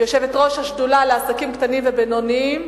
יושבת-ראש השדולה לעסקים קטנים ובינוניים,